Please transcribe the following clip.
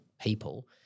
people